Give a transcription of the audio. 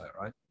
right